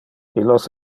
illos